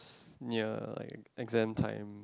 near like exam time